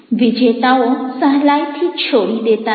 વિજેતાઓ સહેલાઈથી છોડી દેતા નથી